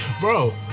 Bro